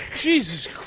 Jesus